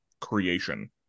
creation